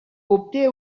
obté